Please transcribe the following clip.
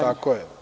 Tako je.